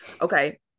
Okay